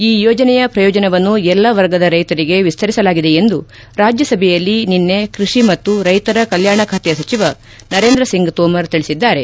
ಈ ಯೋಜನೆಯ ಪ್ರಯೋಜನವನ್ನು ಎಲ್ಲ ವರ್ಗದ ರೈತರಿಗೆ ವಿಸ್ತರಿಸಲಾಗಿದೆ ಎಂದು ರಾಜ್ಯಸಭೆಯಲ್ಲಿ ನಿನ್ನೆ ಕೃಷಿ ಮತ್ತು ರ್ನೆತರ ಕಲ್ಲಾಣ ಖಾತೆ ಸಚಿವ ನರೇಂದ್ರ ಸಿಂಗ್ ತೋಮರ್ ತಿಳಿಸಿದ್ದಾರೆ